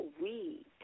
Weed